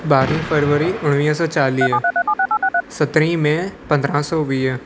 ॿारहीं फरवरी उणिवींह सौ चालीह सत्रहीं मे पंद्राहं सौ वीह